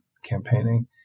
campaigning